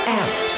out